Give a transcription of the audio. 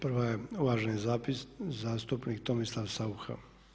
Prva je uvaženi zastupnik Tomislav Saucha.